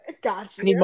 Gotcha